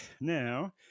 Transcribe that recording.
now